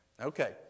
Okay